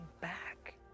back